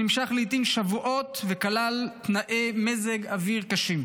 שנמשך לעיתים שבועות, בתנאי מזג אוויר קשים.